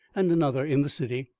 and another in the city,